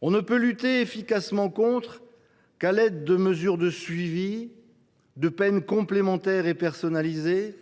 On ne peut lutter efficacement contre le terrorisme qu’à l’aide de mesures de suivi, ainsi que de peines complémentaires et personnalisées.